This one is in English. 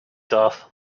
doth